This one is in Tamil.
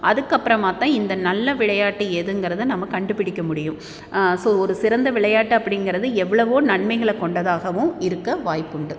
அதுக்கப்புறமாதான் இந்த நல்ல விளையாட்டு எதுங்கிறத நம்ம கண்டுபிடிக்க முடியும் ஸோ ஒரு சிறந்த விளையாட்டு அப்படிங்கிறது எவ்வளோவோ நன்மைகளை கொண்டதாகவும் இருக்க வாய்ப்பு உண்டு